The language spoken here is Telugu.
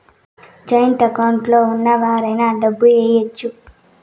జాయింట్ అకౌంట్ లో ఉన్న ఎవరైనా డబ్బు ఏయచ్చు